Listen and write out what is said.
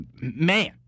man